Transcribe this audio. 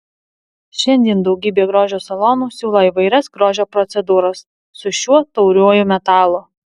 šiandien daugybė grožio salonų siūlo įvairias grožio procedūras su šiuo tauriuoju metalu